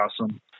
awesome